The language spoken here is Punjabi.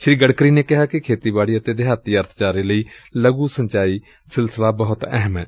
ਸ੍ਰੀ ਗਡਕਰੀ ਨੇ ਕਿਹਾ ਕਿ ਖੇਤੀਬਾੜੀ ਅਤੇ ਦਿਹਾਤੀ ਅਰਥਚਾਰੇ ਲਈ ਲਘੁ ਸਿੰਜਾਈ ਸਿਲਸਿਲਾ ਬਹੁਤ ਅਹਿਮ ਏ